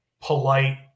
polite